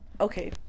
Okay